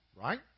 right